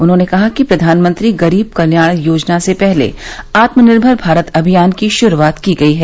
उन्होंने कहा कि प्रधानमंत्री गरीब कल्याण योजना से पहले आत्मनिर्मर भारत अभियान की शुरूआत की गई है